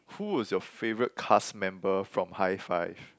who was your favourite cast member from Hi Five